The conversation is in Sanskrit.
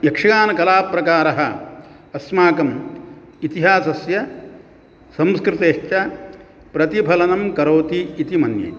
यक्षगानकलाप्रकारः अस्माकम् इतिहासस्य संस्कृतेश्च प्रतिफलनं करोति इति मन्ये